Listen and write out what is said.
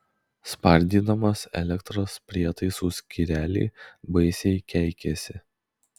spardydamas elektros prietaisų skyrelį baisiai keikėsi